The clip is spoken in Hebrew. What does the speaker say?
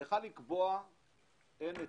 היה לקבוע שאין היצף.